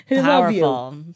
powerful